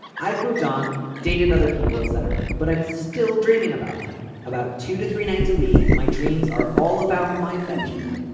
i've moved on, dated other people, etc. but i'm still dreaming about him. about two to three nights a week. my dreams are all about my benjamins.